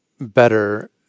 better